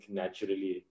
naturally